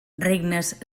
regnes